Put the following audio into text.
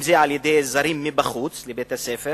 אם על-ידי זרים מחוץ לבית-הספר,